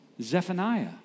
Zephaniah